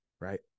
right